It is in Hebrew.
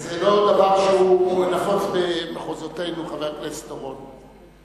זה לא דבר שהוא נפוץ במחוזותינו, חבר הכנסת אורון.